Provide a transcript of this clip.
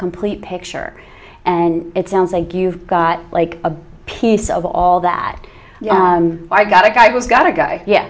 complete picture and it sounds like you've got like a piece of all that i got a guy who's got to go yeah